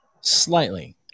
Slightly